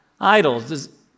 idols